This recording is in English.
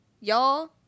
y'all